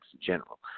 general